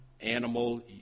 animal